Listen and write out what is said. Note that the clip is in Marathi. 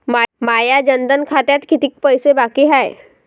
माया जनधन खात्यात कितीक पैसे बाकी हाय?